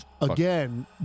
Again